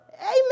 Amen